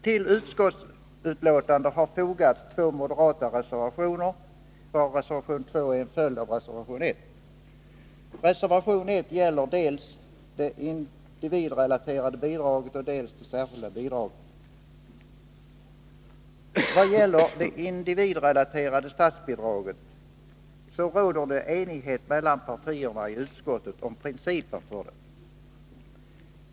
Till utskottsbetänkandet har fogats två moderata reservationer, varav reservation 2 är en följd av reservation 1. Reservation 1 gäller dels det individrelaterade bidraget, dels det särskilda bidraget. Vad gäller det individrelaterade statsbidraget råder det enighet mellan partierna i utskottet om principen.